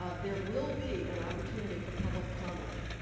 ah there will be an opportunity for public comment,